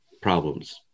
problems